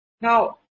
Now